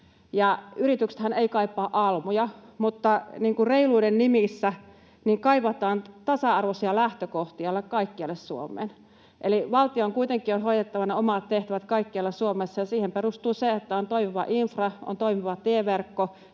yrityksethän eivät kaipaa almuja, mutta reiluuden nimissä kaivataan tasa-arvoisia lähtökohtia kaikkialle Suomeen. Eli valtion kuitenkin on hoidettava omat tehtävät kaikkialla Suomessa, ja siihen perustuu se, että on toimiva infra, on toimiva tieverkko